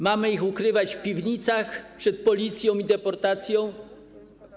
Mamy ich ukrywać w piwnicach przed Policją i deportacją?